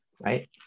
right